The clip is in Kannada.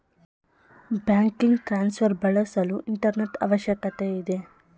ಬ್ಯಾಂಕಿಂಗ್ ಟ್ರಾನ್ಸ್ಫರ್ ಬಳಸಲು ಇಂಟರ್ನೆಟ್ ಅವಶ್ಯಕತೆ ಇದೆ